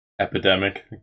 epidemic